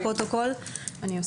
היום יש